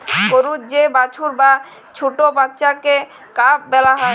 গরুর যে বাছুর বা ছট্ট বাচ্চাকে কাফ ব্যলা হ্যয়